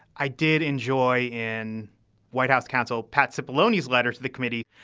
i did enjoy in white house counsel patsy apollonius letter to the committee.